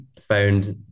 found